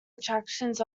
attractions